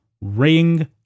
ring